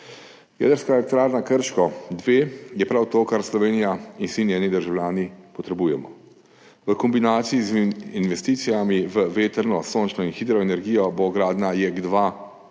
Jedrska elektrarna Krško dve je prav to, kar Slovenija in vsi njeni državljani potrebujemo. V kombinaciji z investicijami v vetrno, sončno in hidroenergijo bo gradnja JEK2